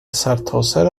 سرتاسر